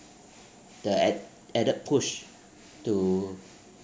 the ad~ added push to